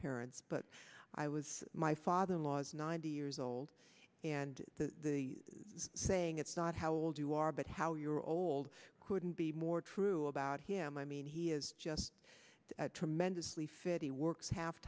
parents but i was my father in law's ninety years old and the saying it's not how old you are but how your old couldn't be more true about him i mean he is just tremendously fit he works half